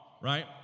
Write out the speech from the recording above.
right